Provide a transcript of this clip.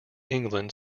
england